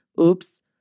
Oops